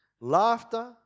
laughter